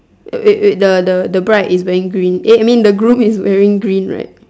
wait wait the the the bride is wearing green eh I mean the groom is wearing green right